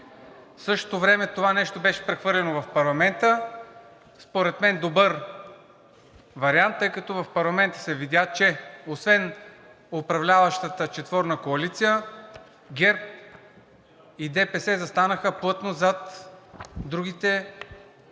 В същото време това нещо беше прехвърлено в парламента. Според мен добър вариант, тъй като в парламента се видя, че освен управляващата четворна коалиция, ГЕРБ и ДПС застанаха плътно зад другите